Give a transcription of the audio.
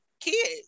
kids